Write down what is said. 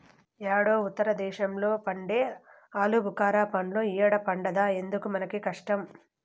యేడో ఉత్తర దేశంలో పండే ఆలుబుకారా పండ్లు ఈడ పండద్దా ఎందుకు మనకీ కష్టం